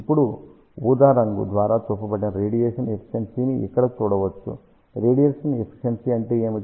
ఇప్పుడు ఊదా రంగు ద్వారా చూపబడిన రేడియేషన్ ఎఫిషియన్షి ని ఇక్కడ చూడవచ్చు రేడియేషన్ ఎఫిషియన్షి అంటే ఏమిటి